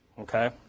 Okay